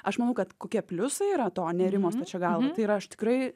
aš manau kad kokie pliusai yra to nėrimo stačia galva tai yra aš tikrai